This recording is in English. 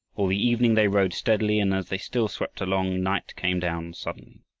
all the evening they rowed steadily, and as they still swept along night came down suddenly.